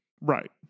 Right